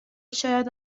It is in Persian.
شاید